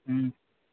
हँ